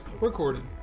recorded